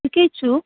ठिकै छु